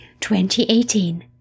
2018